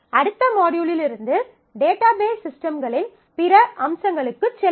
அடுத்த மாட்யூலிலிருந்து டேட்டாபேஸ் சிஸ்டம்களின் பிற அம்சங்களுக்கு செல்வோம்